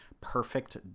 Perfect